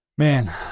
Man